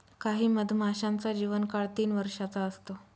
काही मधमाशांचा जीवन काळ तीन वर्षाचा असतो